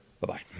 Bye-bye